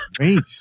wait